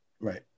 Right